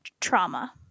Trauma